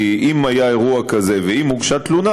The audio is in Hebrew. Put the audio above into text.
כי אם היה אירוע כזה ואם הוגשה תלונה,